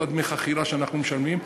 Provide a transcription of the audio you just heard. כל דמי החכירה שאנחנו משלמים.